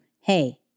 hey